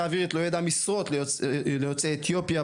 האווירית לא יעדה משרות ליוצאי אתיופיה,